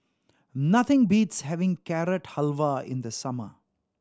nothing beats having Carrot Halwa in the summer